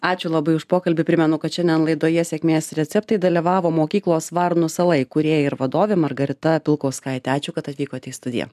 ačiū labai už pokalbį primenu kad šiandien laidoje sėkmės receptai dalyvavo mokyklos varnų sala įkūrėja ir vadovė margarita pilkauskaitė ačiū kad atvykote į studiją